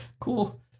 cool